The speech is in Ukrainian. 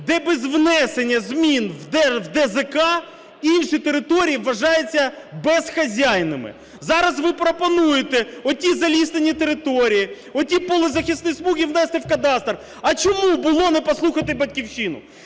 де без внесення змін в ДЗК інші території вважаються безхазяйними. Зараз ви пропонуєте оті заліснені території, оті полезахисні смуги внести в кадастр. А чому було не послухати "Батьківщину"?